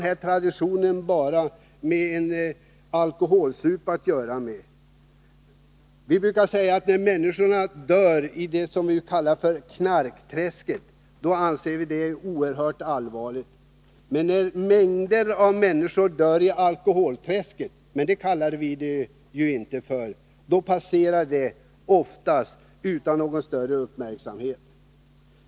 Har traditionen att ta en sup med den saken att göra? När människor dör i det som brukar kallas knarkträsket anses detta oerhört allvarligt. Men när mängder av människor dör i ”alkoholträsket” — som vi inte kallar det — passerar detta oftast utan någon större uppmärksamhet.